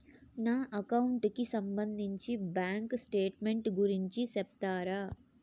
నా అకౌంట్ కి సంబంధించి బ్యాంకు స్టేట్మెంట్ గురించి సెప్తారా